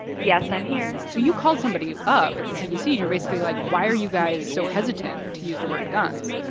yes, i'm here so you called somebody up at the cdc, and you were basically like, why are you guys so hesitant to use the word guns?